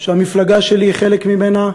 שהמפלגה שלי היא חלק ממנה,